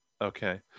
Okay